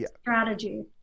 strategy